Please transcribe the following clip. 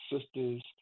sisters